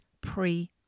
pre